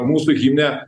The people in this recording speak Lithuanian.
mūsų himne